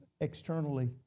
externally